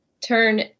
turn